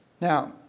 Now